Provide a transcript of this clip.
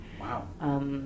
Wow